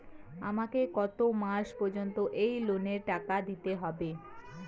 আমাকে কত মাস পর্যন্ত এই লোনের টাকা দিতে হবে?